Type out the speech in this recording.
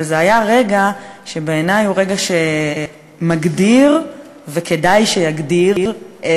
אבל זה היה רגע שבעיני הוא מגדיר וכדאי שיגדיר את